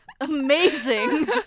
Amazing